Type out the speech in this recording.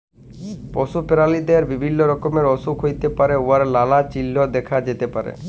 পশু পেরালিদের বিভিল্য রকমের অসুখ হ্যইতে পারে উয়ার লালা চিল্হ দ্যাখা যাতে পারে